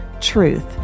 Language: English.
truth